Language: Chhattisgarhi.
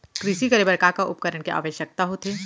कृषि करे बर का का उपकरण के आवश्यकता होथे?